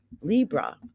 Libra